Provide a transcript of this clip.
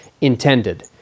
intended